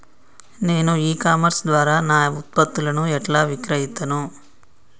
నేను e commerce ద్వారా నా ఉత్పత్తులను ఎట్లా విక్రయిత్తను?